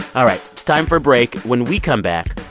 all right. it's time for a break. when we come back,